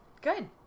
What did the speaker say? Good